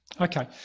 Okay